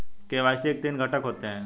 KYC के तीन घटक क्या हैं?